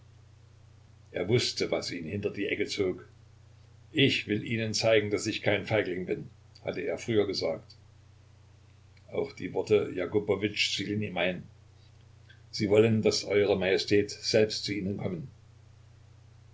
er wußte was ihn hinter die ecke zog ich will ihnen zeigen daß ich kein feigling bin hatte er früher gesagt auch die worte jakubowitschs fielen ihm ein sie wollen daß eure majestät selbst zu ihnen kommen